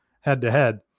head-to-head